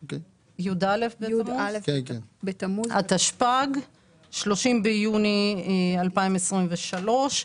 -- עד יום י"א בתמוז התשפ"ג (30 ביוני 2023),